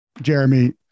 Jeremy